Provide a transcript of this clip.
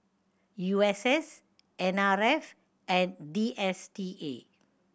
U S S N R F and D S T A